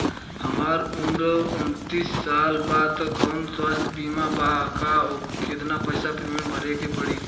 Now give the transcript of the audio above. हमार उम्र छत्तिस साल बा त कौनों स्वास्थ्य बीमा बा का आ केतना पईसा प्रीमियम भरे के पड़ी?